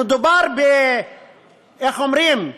מדובר, איך אומרים,